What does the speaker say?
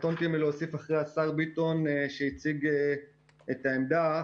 קטונתי מלהוסיף אחרי השר ביטון שהציג את העמדה.